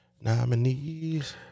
nominees